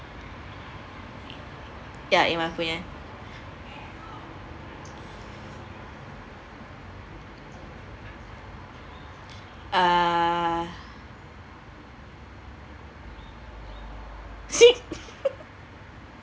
ya in my opinion err